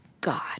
God